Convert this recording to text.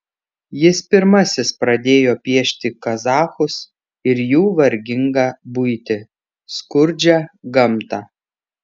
jis pirmasis pradėjo piešti kazachus ir jų vargingą buitį skurdžią gamtą